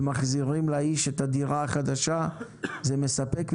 ומחזירים לאיש את הדירה החדשה, זה מספק מבחינתנו.